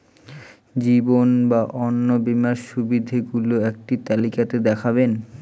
জীবন বা অন্ন বীমার সুবিধে গুলো একটি তালিকা তে দেখাবেন?